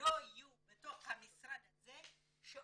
לא יהיו בתוך המשרד הזה שעוקב,